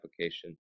application